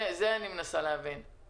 אני מנסה להבין את זה.